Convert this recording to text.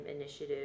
initiative